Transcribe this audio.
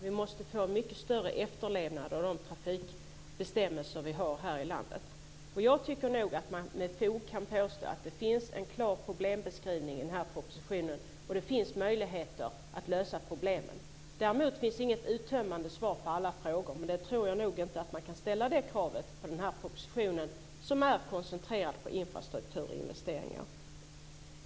Vi måste få mycket större efterlevnad av de trafikbestämmelser vi har här i landet. Jag tycker nog att man med fog kan påstå att det finns en klar problembeskrivning i den här propositionen, och det finns möjligheter att lösa problemen. Däremot finns det inget uttömmande svar på alla frågor - jag tror inte att man kan ställa det kravet på den här propositionen, som är koncentrerad på infrastrukturinvesteringar.